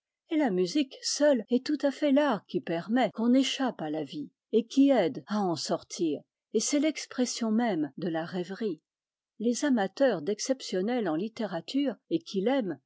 et la musique seule est tout à fait l'art qui permet qu'on échappe à la vie et qui aide à en sortir et c'est l'expression même de la rêverie les amateurs d'exceptionnel en littérature et qui